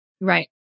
Right